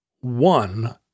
One